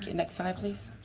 next. i please.